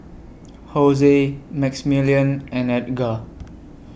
Jose Maximillian and Edgar